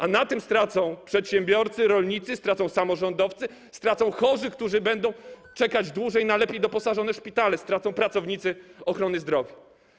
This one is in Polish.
A na tym stracą przedsiębiorcy, rolnicy, stracą samorządowcy, stracą chorzy, którzy będą czekać dłużej na lepiej doposażone szpitale, stracą pracownicy ochrony zdrowia.